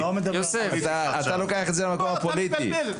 לא, אתה מתבלבל.